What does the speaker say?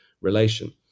relation